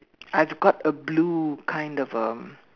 I've got a blue kind of um